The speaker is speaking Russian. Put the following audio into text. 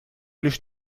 лишь